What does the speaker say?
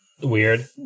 Weird